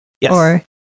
Yes